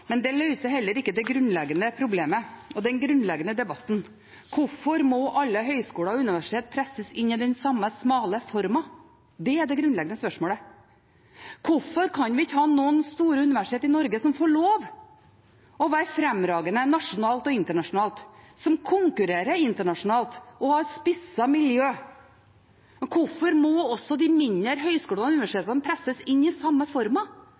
men det løser heller ikke det grunnleggende problemet og den grunnleggende debatten: Hvorfor må alle høyskoler og universitet presses inn i den samme smale formen? Det er det grunnleggende spørsmålet. Hvorfor kan vi ikke ha noen store universitet i Norge som får lov til å være fremragende nasjonalt og internasjonalt, som konkurrerer internasjonalt og har spissede miljø? Hvorfor må også de mindre høyskolene og universitetene presses inn i den samme